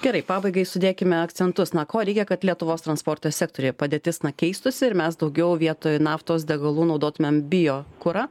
gerai pabaigai sudėkime akcentus na ko reikia kad lietuvos transporto sektoriuje padėtis na keistųsi ir mes daugiau vietoj naftos degalų naudotumėm biokurą